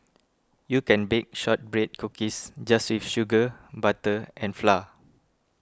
you can bake Shortbread Cookies just with sugar butter and flour